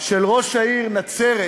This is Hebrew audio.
של ראש העיר נצרת